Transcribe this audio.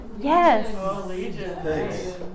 yes